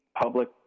public